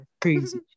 Crazy